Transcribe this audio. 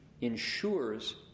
ensures